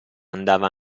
andava